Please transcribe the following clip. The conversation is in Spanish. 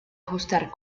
ajustar